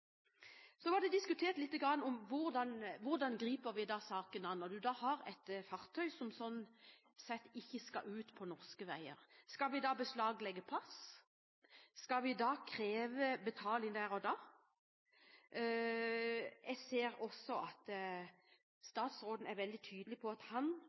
Så ble det diskutert litt hvordan vi skal gripe saken an når det er et kjøretøy som ikke skal ut på norske veier. Skal vi beslaglegge pass? Skal vi kreve betaling der og da? Statsråden er veldig tydelig på at han vil ta opp kampen med EU hvis vi krever vinterførerkort, noe jeg vil berømme statsråden for at han